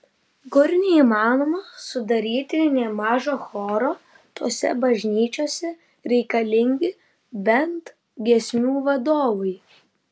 kur neįmanoma sudaryti nė mažo choro tose bažnyčiose reikalingi bent giesmių vadovai